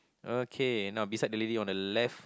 okay now beside the lady on the left